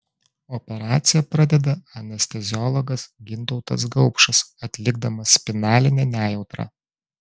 operaciją pradeda anesteziologas gintautas gaupšas atlikdamas spinalinę nejautrą